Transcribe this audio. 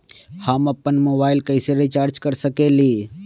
हम अपन मोबाइल कैसे रिचार्ज कर सकेली?